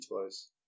twice